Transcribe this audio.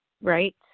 Right